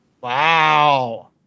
Wow